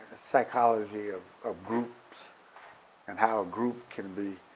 psychology of of groups and how a group can be,